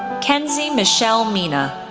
kenzy michelle mina,